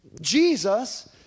Jesus